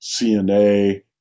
CNA